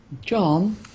John